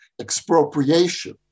expropriation